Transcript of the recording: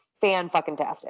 fan-fucking-tastic